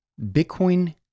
Bitcoin